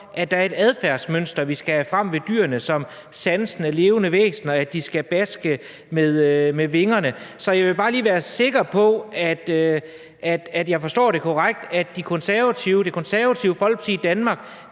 at der er et adfærdsmønster, vi skal have frem ved dyrene, som sansende, levende væsener, og at de skal baske med vingerne. Så jeg vil bare lige være sikker på, at jeg forstår det korrekt, at De Konservative – Det